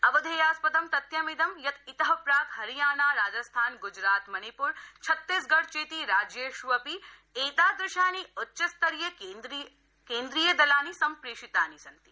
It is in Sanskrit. अवधेयास्पदं तथ्यमिदं यत् इत प्राक् हरियाणा राजस्थान ग्जरात मणिप्र छत्तीसगढ चेति राज्येष्वपि एतादृशानि उच्चस्तरीय केन्द्रीय दलानि सम्प्रेषितानि सन्ति